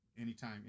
anytime